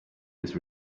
was